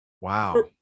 wow